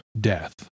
death